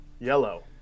Yellow